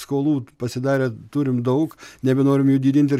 skolų pasidarė turim daug nebenorim jų didint ir